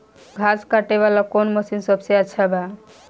घास काटे वाला कौन मशीन सबसे अच्छा बा?